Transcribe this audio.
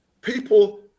people